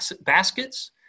baskets